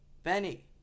Benny